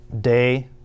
day